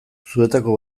zuetako